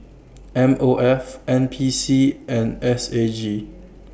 M O F N P C and S A G